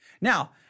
Now